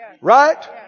right